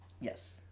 Yes